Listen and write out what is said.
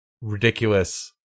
ridiculous